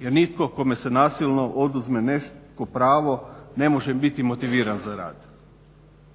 jer nitko kome se nasilno oduzme nešto, neko pravo ne može biti motiviran za rad.